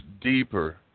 deeper